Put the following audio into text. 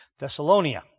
Thessalonia